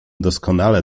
doskonale